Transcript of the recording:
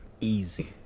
Easy